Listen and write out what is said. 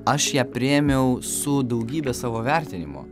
aš ją priėmiau su daugybe savo vertinimo